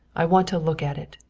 i want to look at it.